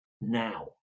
now